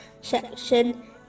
section